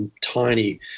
tiny